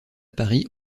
paris